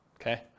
Okay